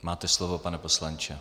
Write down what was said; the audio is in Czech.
Máte slovo, pane poslanče.